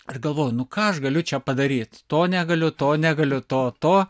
ir galvoju nu ką aš galiu čia padaryt to negaliu to negaliu to to